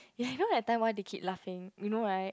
ya you know the time why they keep laughing you know right